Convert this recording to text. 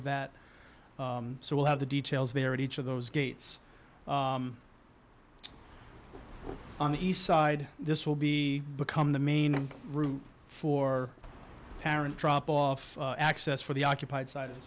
of that so we'll have the details there at each of those gates on the east side this will be become the main route for parent drop off access for the occupied side of the